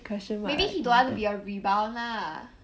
maybe he don't want to be a rebound lah